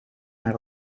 naar